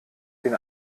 den